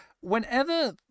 Whenever